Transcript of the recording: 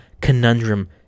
conundrum